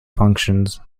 functions